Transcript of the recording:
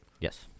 yes